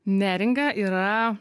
neringa yra